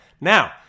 Now